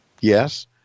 Yes